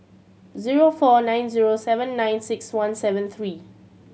zero four nine zero seven nine six one seven three